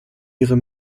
ihre